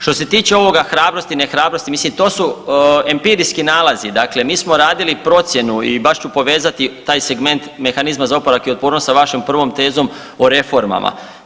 Što se tiče ovoga hrabrosti, ne hrabrosti, mislim to su empirijski nalazi, dakle mi smo radili procjenu i baš ću povezati taj segment mehanizma za oporavak i otpornost sa vašom prvom tezom o reformama.